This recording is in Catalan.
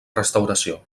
restauració